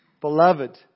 Beloved